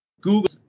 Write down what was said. Google